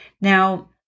Now